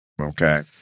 Okay